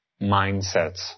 mindsets